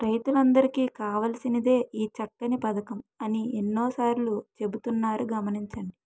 రైతులందరికీ కావాల్సినదే ఈ చక్కని పదకం అని ఎన్ని సార్లో చెబుతున్నారు గమనించండి